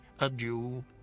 adieu